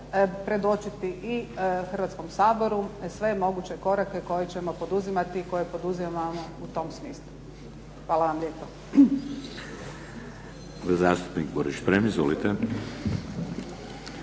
predočiti i Hrvatskom saboru sve moguće korake koje ćemo poduzimati i koje poduzimamo u tom smislu. Hvala vam lijepo.